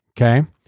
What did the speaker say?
Okay